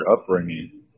upbringing